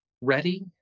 ready